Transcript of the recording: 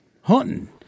hunting